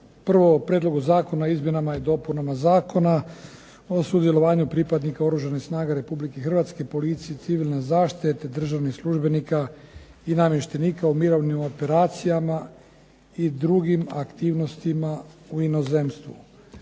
prvo o Prijedlogu zakona o izmjenama i dopunama Zakona o sudjelovanju pripadnika Oružanih snaga Republike Hrvatske i policije i civilne zaštite, te državnih službenika i namještenika u mirovnim operacijama i drugim aktivnostima u inozemstvu.